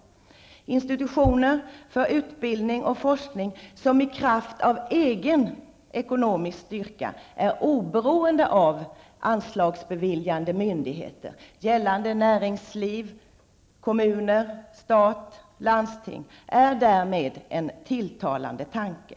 Institutioner för utbildning och forskning som i kraft av egen ekonomisk styrka är oberoende av anslagsbeviljande organ -- näringsliv, kommuner, stat och landsting -- är därmed en tilltalande tanke.